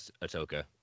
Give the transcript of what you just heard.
Atoka